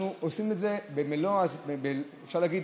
אנחנו עושים את זה, אפשר להגיד,